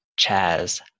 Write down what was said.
Chaz